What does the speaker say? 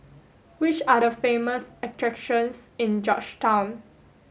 which are the famous attractions in Georgetown